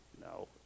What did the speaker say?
no